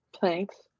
Thanks